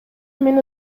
мен